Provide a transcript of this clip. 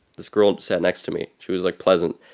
this girl sat next to me. she was, like, pleasant.